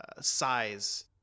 size